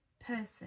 person